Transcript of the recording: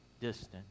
distant